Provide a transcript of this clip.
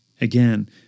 again